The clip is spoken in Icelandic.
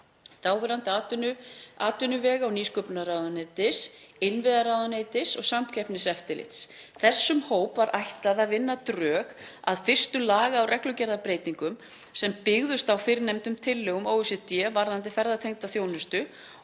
þáverandi atvinnuvega- og nýsköpunarráðuneytis, innviðaráðuneytis sem og Samkeppniseftirlitsins. Þessum hóp var ætlað að vinna drög að fyrstu laga- og reglugerðarbreytingum sem byggðust á fyrrnefndum tillögum OECD varðandi ferðatengda þjónustu